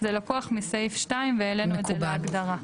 זה לקוח מסעיף 2 והעלנו את זה בהגדרה.